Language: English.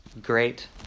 great